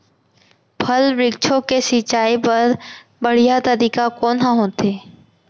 फल, वृक्षों के सिंचाई बर बढ़िया तरीका कोन ह होथे?